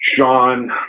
Sean